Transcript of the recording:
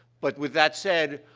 but with that said,